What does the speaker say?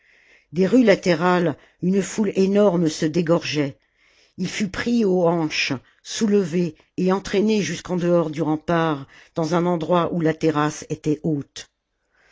des rues latérales une foule énorme se dégorgeait il fut pris aux hanches soulevé et entraîné jusqu'en dehors du rempart dans un endroit oij la terrasse était haute